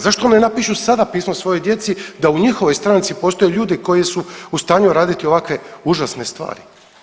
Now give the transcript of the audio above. Zašto ne napišu sada pismo svojoj djeci da u njihovoj stranici postoje ljudi koji su u stanju raditi ovakve užasne stvari.